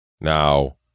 Now